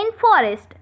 forest